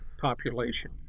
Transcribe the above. population